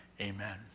amen